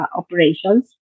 operations